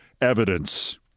evidence